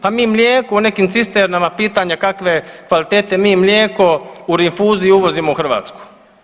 Pa mi mlijeko u nekim cisternama pitanje kake kvalitete mi mlijeko u rinfuzi uvozimo u Hrvatsku.